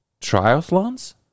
triathlons